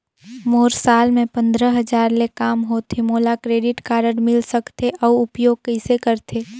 मोर साल मे पंद्रह हजार ले काम होथे मोला क्रेडिट कारड मिल सकथे? अउ उपयोग कइसे करथे?